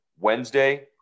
Wednesday